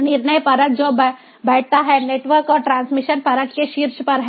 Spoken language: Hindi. निर्णय परत जो बैठता है नेटवर्क और ट्रांसमिशन परत के शीर्ष पर है